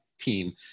team